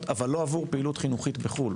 אבל לא עבור פעילות חינוכית בחו"ל.